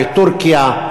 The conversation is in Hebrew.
מטורקיה,